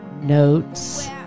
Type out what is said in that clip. notes